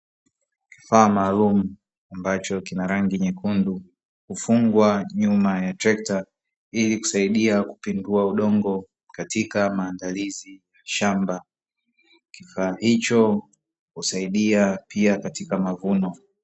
Kifaa maalumu, ambacho kina rangi nyekundu, hufungwa nyuma ya trekta ili kusaidia kupindua udongo katika maandalizi ya shamba. Kifaa hicho husaidia pia katika mavuno.